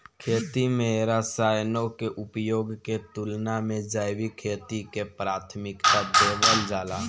खेती में रसायनों के उपयोग के तुलना में जैविक खेती के प्राथमिकता देवल जाला